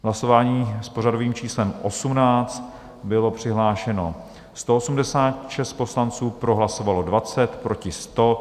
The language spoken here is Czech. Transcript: V hlasování s pořadovým číslem 18 bylo přihlášeno 186 poslanců, pro hlasovalo 20, proti 100.